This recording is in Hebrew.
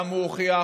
גם הוא הוכיח,